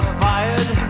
fired